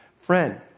Friend